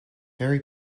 very